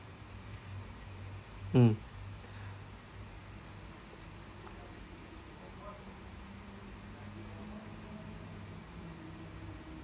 mm